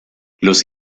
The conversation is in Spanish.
los